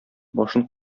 башын